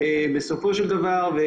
בסופו של דבר,